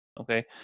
okay